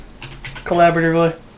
Collaboratively